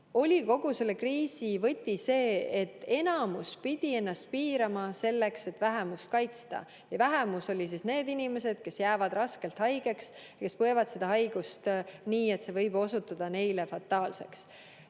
kogu selle kriisi võti see, et enamus pidi ennast piirama selleks, et vähemust kaitsta. Vähemus oli siis need inimesed, kes jäävad raskelt haigeks, kes põevad seda haigust nii, et see võib osutuda neile fataalseks.